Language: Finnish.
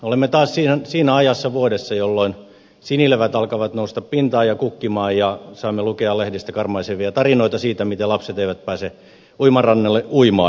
olemme taas siinä ajassa vuodessa jolloin sinilevät alkavat nousta pintaan ja kukkia ja saamme lukea lehdistä karmaisevia tarinoita siitä miten lapset eivät pääse uimarannalle uimaan